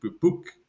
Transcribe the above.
book